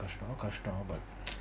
அப்புறம் கஷ்டம்:apram kastam but